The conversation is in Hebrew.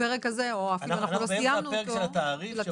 הפרק הזה, אפילו לא סיימנו אותו, של התעריף.